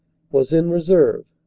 was in reserve,